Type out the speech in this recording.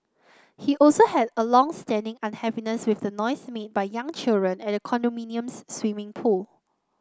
he also had a long standing unhappiness with the noise made by young children at the condominium's swimming pool